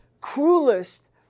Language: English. cruelest